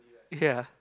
ya